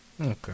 Okay